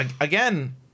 again